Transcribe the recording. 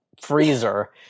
freezer